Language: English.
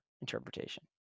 interpretation